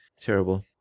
Terrible